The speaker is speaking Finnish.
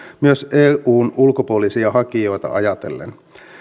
myös eun ulkopuolisia hakijoita ajatellen